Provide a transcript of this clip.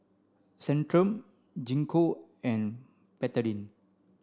Centrum Gingko and Betadine